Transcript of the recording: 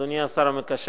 אדוני השר המקשר,